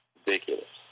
Ridiculous